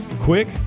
Quick